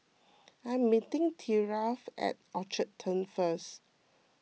I am meeting Thyra at Orchard Turn first